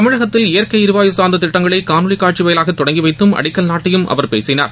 தமிழகத்தில் இயற்கை எரிவாயு சார்ந்த திட்டங்களை காணொலி காட்சி வாயிலாக தொடங்கி வைத்தும் அடிக்கல் நாட்டியும் அவர் பேசினார்